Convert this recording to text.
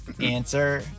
answer